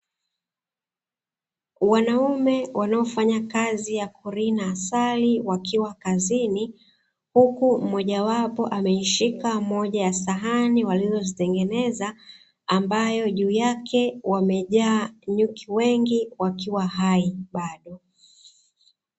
Wanaume wanaofanya kazi ya kurina asali wakiwa kazini, huku mmoja wapo ameishika moja ya sahani walizozitengeneza, ambayo juu yake wamejaa nyuki wengi wakiwa hai bado.